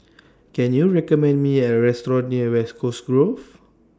Can YOU recommend Me A Restaurant near West Coast Grove